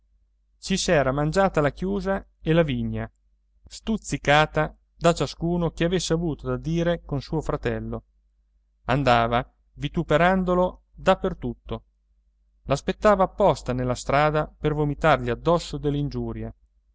strega ci s'era mangiata la chiusa e la vigna stuzzicata da ciascuno che avesse avuto da dire con suo fratello andava vituperandolo da per tutto l'aspettava apposta nella strada per vomitargli addosso delle ingiurie